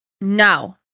No